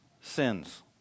sins